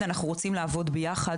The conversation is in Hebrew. אנחנו רוצים לעבוד יחד,